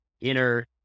inner